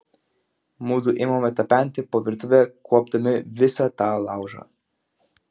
mudu imame tapenti po virtuvę kuopdami visą tą laužą